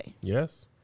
Yes